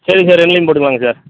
சரிங்க ரெண்டுலேயும் போட்டுக்கலாங்க சார்